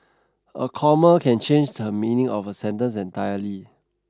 a comma can change the meaning of a sentence entirely